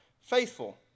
faithful